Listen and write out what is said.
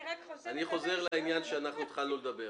אני חוזר לעניין בו התחלנו לדבר.